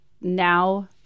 now